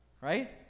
Right